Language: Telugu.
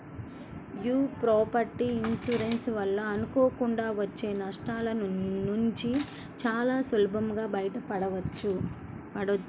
యీ ప్రాపర్టీ ఇన్సూరెన్స్ వలన అనుకోకుండా వచ్చే నష్టాలనుంచి చానా సులభంగా బయటపడొచ్చు